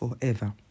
forever